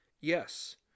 Yes